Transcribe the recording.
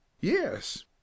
Yes